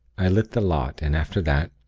i lit the lot, and after that,